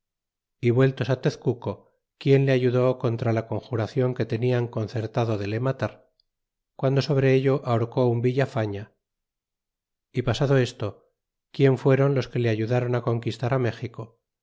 y vueltos tezcuco quien le ayudó contra la conjuracion que tenian concertado de le matar guando sobre ello ahorcó un villafafia y pasado esto quién fueron los que le ayudron conquistar méxico